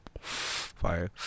Fire